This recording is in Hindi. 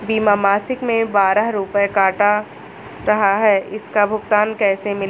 बीमा मासिक में बारह रुपय काट रहा है इसका भुगतान कैसे मिलेगा?